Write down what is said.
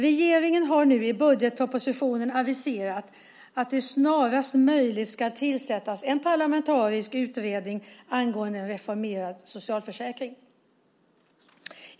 Regeringen har nu i budgetpropositionen aviserat att det snarast möjligt ska tillsättas en parlamentarisk utredning angående en reformerad socialförsäkring.